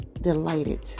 delighted